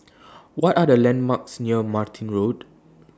What Are The landmarks near Martin Road